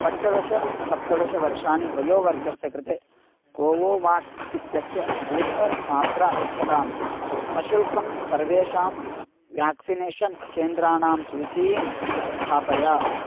पञ्चदश सप्तदशवर्षाणि वयोवर्गस्य कृते कोवोवाक्स् इत्यस्य बूस्टर् मात्रा यच्छतां सशुल्कं सर्वेषां व्याक्सिनेषन् केन्द्राणां सूचीं स्थापय